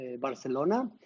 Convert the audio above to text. Barcelona